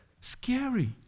scary